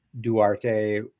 Duarte